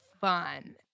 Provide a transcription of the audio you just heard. fun